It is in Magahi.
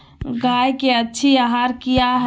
गाय के अच्छी आहार किया है?